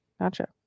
Gotcha